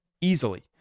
easily